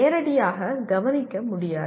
நேரடியாக கவனிக்க முடியாது